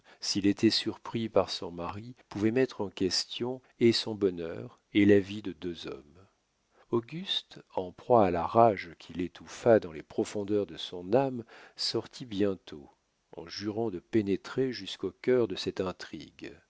s'il était surpris par son mari pouvait mettre en question et son bonheur et la vie de deux hommes auguste en proie à la rage qu'il étouffa dans les profondeurs de son âme sortit bientôt en jurant de pénétrer jusqu'au cœur de cette intrigue